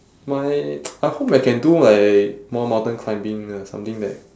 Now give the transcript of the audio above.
my I hope I can do like more mountain climbing uh something that